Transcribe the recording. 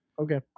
Okay